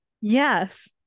yes